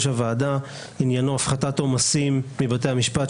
עניינו הפחתת עומסים מבתי המשפט,